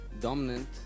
dominant